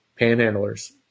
panhandlers